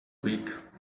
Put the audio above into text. week